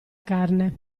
carne